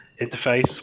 interface